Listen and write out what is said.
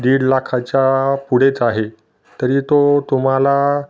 दीड लाखाच्या पुढेच आहे तरी तो तुम्हाला